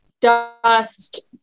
dust